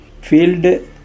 field